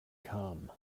come